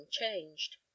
unchanged